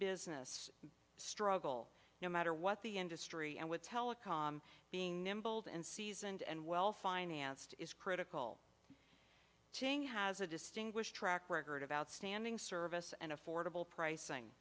business struggle no matter what the industry and with telecom being nimble and seasoned and well financed is critical ting has a distinguished track record of outstanding service and affordable pricing